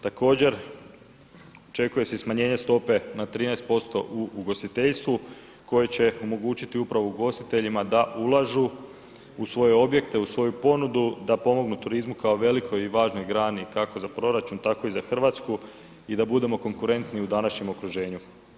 Također, očekuje se i smanjenje stope na 13% u ugostiteljstvu koje će omogućiti upravo ugostiteljima da ulažu u svoje objekte, u svoju ponudu, da pomognu turizmu kao velikoj i važnoj grani, kako za proračun, tako i za Hrvatsku i da budemo konkurentni u današnjem okruženju.